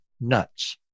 Nuts